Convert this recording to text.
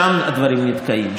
שם הדברים נתקעים,